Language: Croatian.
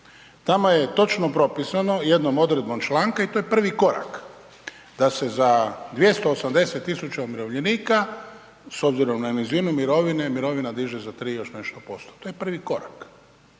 Tamo je točno pripisano jednom odredbom članka i to je prvi korak, da se za 280 tisuća umirovljenika, s obzirom na nizinu mirovine, mirovina diže za 3 i još nešto %. To je prvi korak.